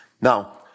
Now